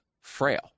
frail